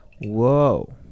whoa